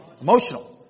Emotional